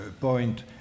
point